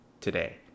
today